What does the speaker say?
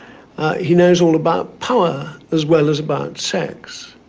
he knows all about power as well as about sex.